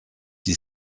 die